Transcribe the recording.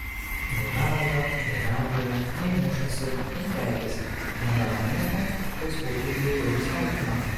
nei bezda nei riaugėja nei mušasi nei keikiasi nedaro nieko kas būtų bjauru ir smerktina